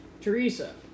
Teresa